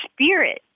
spirit